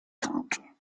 counter